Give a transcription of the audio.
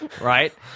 right